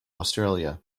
australia